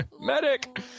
Medic